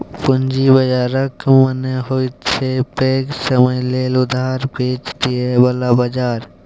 पूंजी बाजारक मने होइत छै पैघ समय लेल उधार पैंच दिअ बला बजार